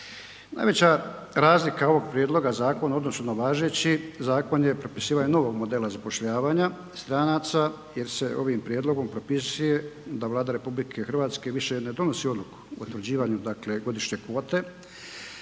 Najveća razlika ovog prijedloga zakona u odnosu na važeći zakon je propisivanje novog modela zapošljavanja stranca jer se ovim prijedlogom propisuje da Vlada RH više ne donosi odluku o utvrđivanju godišnje kvote